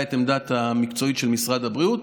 הייתה העמדה המקצועית של משרד הבריאות,